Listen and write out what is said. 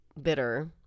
bitter